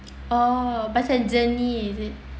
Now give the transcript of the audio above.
oh pasal journey is it